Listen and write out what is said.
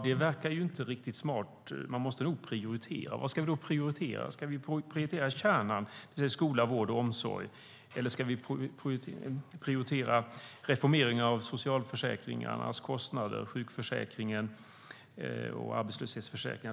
Det verkar inte riktigt smart. Vi måste nog prioritera. Vad ska vi prioritera? Ska vi prioritera kärnan, det vill säga skola, vård och omsorg, eller ska vi prioritera reformering av socialförsäkringarna, det vill säga kostnader i sjukförsäkringen och arbetslöshetsförsäkringen?